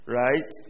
right